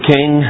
King